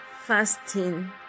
fasting